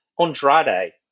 Andrade